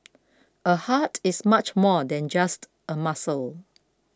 a heart is much more than just a muscle